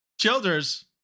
Childers